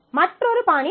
மற்றொரு பாணி உள்ளது